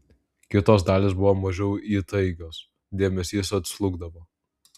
kitos dalys buvo mažiau įtaigios dėmesys atslūgdavo